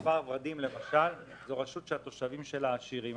כפר ורדים, למשל, היא רשות שהתושבים שלה עשירים.